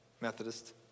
Methodist